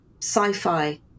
sci-fi